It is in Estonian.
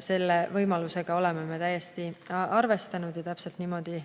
Selle võimalusega oleme me täiesti arvestanud ja täpselt niimoodi